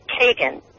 Kagan